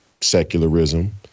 secularism